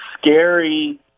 scary